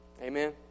Amen